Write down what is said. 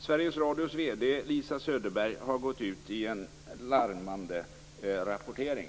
Sveriges Radios VD, Lisa Söderberg, har gått ut i en larmrapportering.